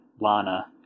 lana